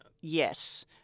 yes